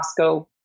Costco